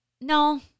No